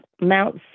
Mount